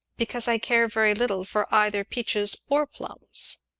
because i care very little for either peaches or plums.